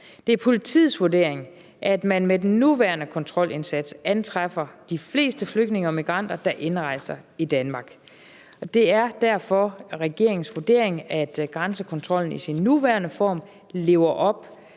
Det er politiets vurdering, at man med den nuværende kontrolindsats antræffer de fleste flygtninge og migranter, der indrejser i Danmark. Det er derfor regeringens vurdering, at grænsekontrollen i sin nuværende form lever op